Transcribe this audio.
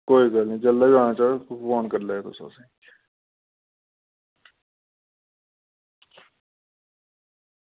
कोई गल्ल निं जिल्लै बी आना चाहो फोन करी लैओ तुस असें